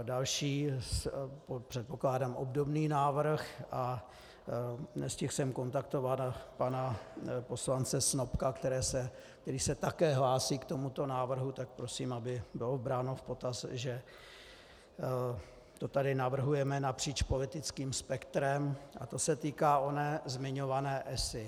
Další předpokládám obdobný návrh a nestihl jsem kontaktovat pana poslance Snopka, který se také hlásí k tomuto návrhu, tak prosím, aby bylo bráno v potaz, že to tady navrhujeme napříč politickým spektrem, a to se týká oné zmiňované ESA.